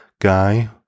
guy